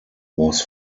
was